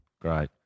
Great